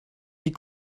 die